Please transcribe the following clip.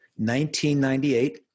1998